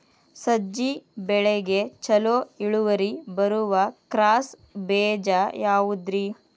ಸಜ್ಜೆ ಬೆಳೆಗೆ ಛಲೋ ಇಳುವರಿ ಬರುವ ಕ್ರಾಸ್ ಬೇಜ ಯಾವುದ್ರಿ?